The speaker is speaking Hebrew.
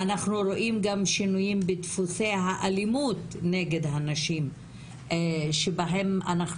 גם שינויים בדפוסי האלימות נגד הנשים שבהם אנחנו